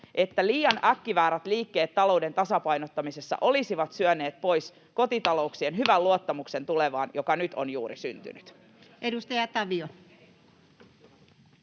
että liian äkkiväärät liikkeet talouden tasapainottamisessa olisivat syöneet pois kotitalouksien hyvän luottamuksen tulevaan, joka nyt on juuri syntynyt. [Kai